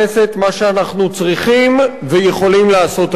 מה שאנחנו צריכים ויכולים לעשות היום.